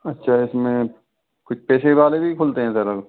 अच्छा इसमें कुछ पैसे वाले भी खुलते हैं सर अब